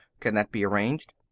can that be arranged?